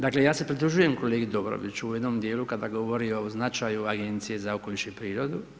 Dakle, ja se pridružujem kolegi Dobroviću o jednim dijelu kada govori o značaju agenciji za okoliš i prirodu.